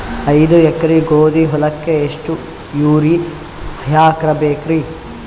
ಐದ ಎಕರಿ ಗೋಧಿ ಹೊಲಕ್ಕ ಎಷ್ಟ ಯೂರಿಯಹಾಕಬೆಕ್ರಿ?